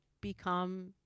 become